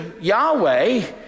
Yahweh